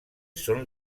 són